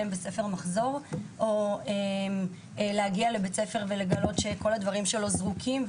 בספר המחזור או להגיע לבית הספר ולגלות שכל הדברים שלו זרוקים,